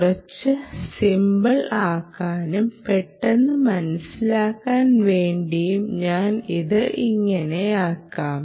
കുറച്ച് സിമ്പിൾ ആക്കാനും പെട്ടെന്ന് മനസ്സിലാകാൻ വേണ്ടിയും ഞാൻ ഇത് ഇങ്ങനെയാക്കാം